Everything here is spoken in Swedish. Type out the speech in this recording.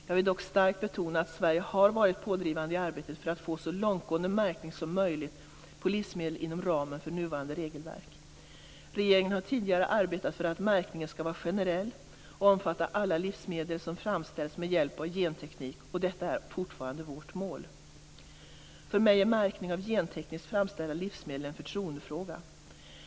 Jag vill dock starkt betona att Sverige har varit pådrivande i arbetet för att få så långtgående märkning som möjligt av livsmedel inom ramen för nuvarande regelverk. Regeringen har tidigare arbetat för att märkningen skall vara generell och omfatta alla livsmedel som framställts med hjälp av genteknik, och detta är fortfarande vårt mål. För mig är märkning av gentekniskt framställda livsmedel en förtroendefråga.